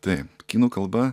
taip kinų kalba